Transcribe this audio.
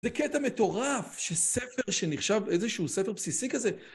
זה קטע מטורף, שספר שנחשב, איזשהו ספר בסיסי כזה.